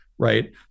Right